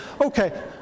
Okay